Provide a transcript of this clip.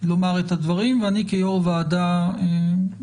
לומר את הדברים ואני כיו"ר ועדה אומר